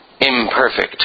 imperfect